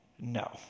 No